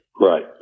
right